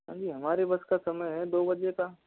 हाँ जी हमारे बस का समय है दो बजे का